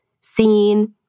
seen